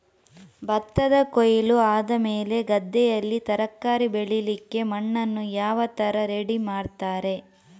ಭತ್ತದ ಕೊಯ್ಲು ಆದಮೇಲೆ ಗದ್ದೆಯಲ್ಲಿ ತರಕಾರಿ ಬೆಳಿಲಿಕ್ಕೆ ಮಣ್ಣನ್ನು ಯಾವ ತರ ರೆಡಿ ಮಾಡ್ತಾರೆ?